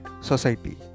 Society